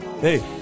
Hey